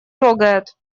трогает